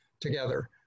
together